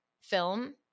film